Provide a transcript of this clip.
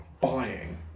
buying